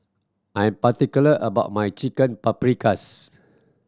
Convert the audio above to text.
I'm particular about my Chicken Paprikas